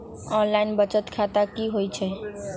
Online बचत खाता की होई छई?